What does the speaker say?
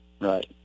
Right